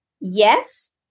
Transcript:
Yes